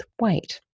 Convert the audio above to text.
weight